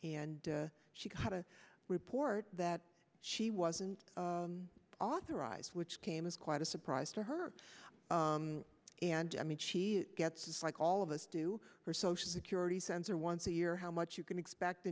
and she got a report that she wasn't authorized which came as quite a surprise to her and i mean she gets like all of us do her social security center once a year how much you can expect